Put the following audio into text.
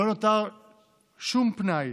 לא נותר שום פנאי